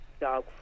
dog